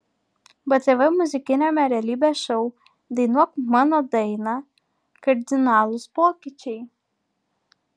btv muzikiniame realybės šou dainuok mano dainą kardinalūs pokyčiai